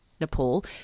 Nepal